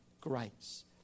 grace